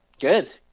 Good